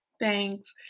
Thanks